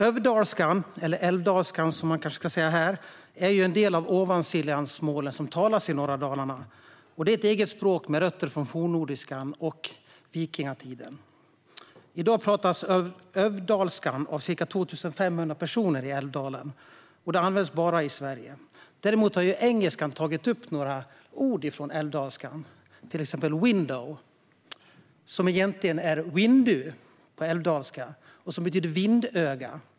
Övdalskan eller älvdalskan, som man kanske ska säga här, är en del av ovansiljansmålen som talas i norra Dalarna. Det är ett eget språk med rötter från fornnordiskan och vikingatiden. I dag talas älvdalskan av ca 2 500 personer i Älvdalen. Den används bara i Sverige. Däremot har engelskan tagit upp några ord från älvdalskan, till exempel window. Det är egentligen vindue på älvdalska, som betyder vindöga.